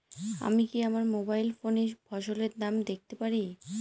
আমি কি আমার মোবাইল ফোনে ফসলের দাম দেখতে পারি?